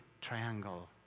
triangle